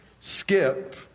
Skip